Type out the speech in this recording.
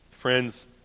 Friends